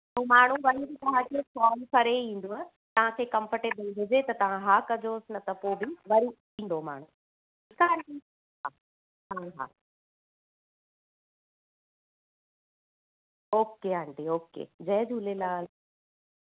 पोइ माण्हू वरी बि तव्हांखे फ़ोन करे ई ईंदुव तव्हांखे कंफ़र्टेबल हुजे त तव्हां हा कजोसि न त पोइ वि वरी ईंदो माण्हू ठीकु आहे आंटी हा हा ओके आंटी ओके जय झूलेलाल